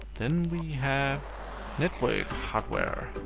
then we have network hardware,